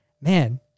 man